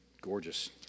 gorgeous